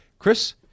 Chris